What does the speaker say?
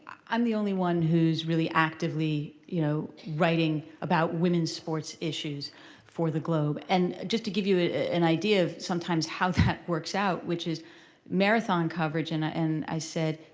i'm the only one who's really actively you know writing about women's sports issues for the globe. and just to give you ah an idea sometimes how that works out, which is marathon coverage. and and i said,